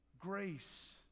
grace